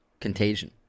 Contagion